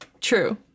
True